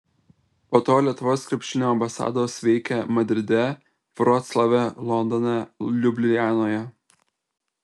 po to lietuvos krepšinio ambasados veikė madride vroclave londone liublianoje